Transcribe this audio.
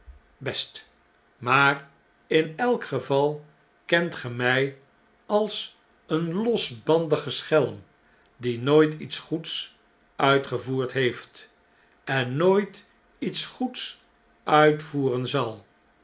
best maar in elk geval kent ge my als een losbandigen schelm die nooit iets goeds uitgevoerd heeft en nooit iets goeds uitvoeren zal